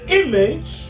image